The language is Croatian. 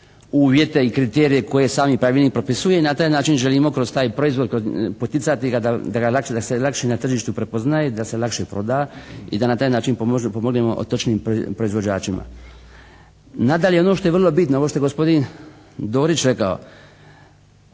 uvjete i kriterije koji sami Pravilnik propisuje. Na taj način želimo kroz taj proizvod poticati da ga lakše, da se lakše na tržištu prepoznaje, da se lakše proda i da na taj način pomognemo otočnim proizvođačima. Nadalje, ono što je vrlo bitno, ono što je gospodin Dorić rekao